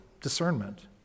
discernment